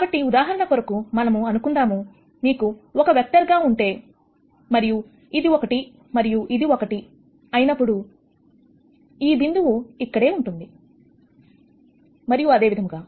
కాబట్టి ఉదాహరణ కొరకు మనం అనుకుందాం మీకు 1 వెక్టార్ గా ఉంటే మరియు ఇది ఒకటి మరియు ఇది ఒకటి అయినప్పుడు ఈ బిందువు ఇక్కడే ఉంటుంది మరియు అదే విధముగా